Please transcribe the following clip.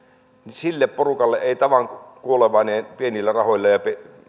sille porukalle ei tavan kuolevainen pienillä rahoilla ja